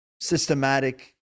systematic